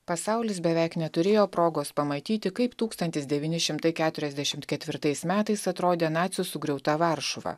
pasaulis beveik neturėjo progos pamatyti kaip tūkstantis devyni šimtai keturiasdešimt ketvirtais metais atrodė nacių sugriauta varšuva